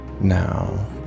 Now